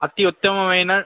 అతి ఉత్తమమైన